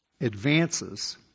advances